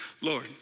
Lord